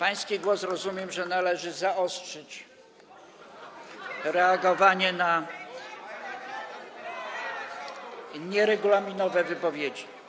Pański głos rozumiem tak, że należy zaostrzyć reagowanie na nieregulaminowe wypowiedzi.